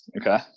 Okay